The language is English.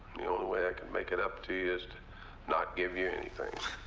the only way i can make it up to you is to not give you anything.